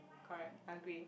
correct I agree